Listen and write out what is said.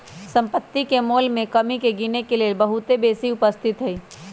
सम्पति के मोल में कमी के गिनेके लेल बहुते विधि उपस्थित हई